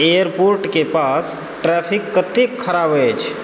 एयरपोर्टके पास ट्रैफिक कतेक खराब अछि